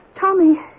Tommy